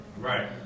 Right